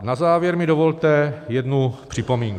Na závěr mi dovolte jednu připomínku.